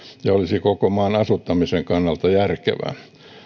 ja olisi koko maan asuttamisen kannalta järkevää